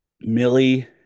Millie